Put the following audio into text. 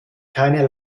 keine